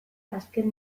azken